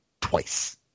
twice